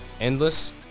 endless